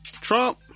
Trump